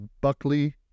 Buckley